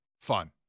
Fun